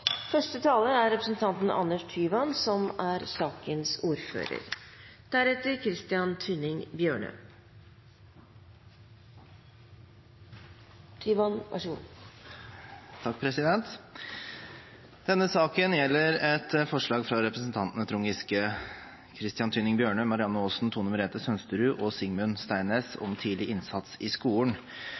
Denne saken gjelder et forslag fra representantene Trond Giske, Christian Tynning Bjørnø, Marianne Aasen, Tone Merete Sønsterud og Simen Steinnes om tidlig innsats i skolen,